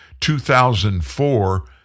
2004